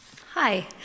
Hi